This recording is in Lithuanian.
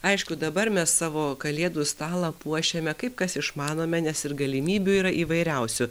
aišku dabar mes savo kalėdų stalą puošiame kaip kas išmanome nes ir galimybių yra įvairiausių